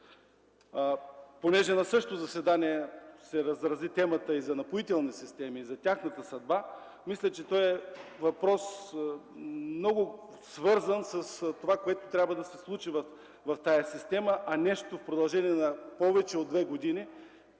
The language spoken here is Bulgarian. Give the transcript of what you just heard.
Понеже на същото заседание се разрази темата и за „Напоителни системи”, за тяхната съдба, мисля, че този въпрос е много свързан с това, което трябва да се случи в тая система, а в продължение на повече от две години